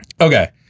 Okay